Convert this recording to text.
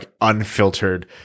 unfiltered